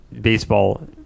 baseball